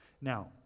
Now